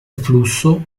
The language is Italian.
flusso